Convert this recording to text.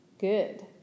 Good